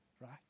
right